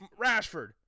Rashford